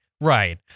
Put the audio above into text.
Right